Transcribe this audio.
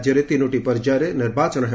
ରାଜ୍ୟରେ ତିନୋଟି ପର୍ଯ୍ୟାୟରେ ନିର୍ବାଚନ ହେବ